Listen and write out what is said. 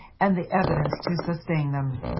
and the evidence to sustain them.